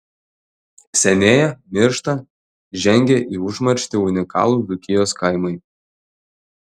senėja miršta žengia į užmarštį unikalūs dzūkijos kaimai